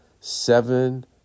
Seven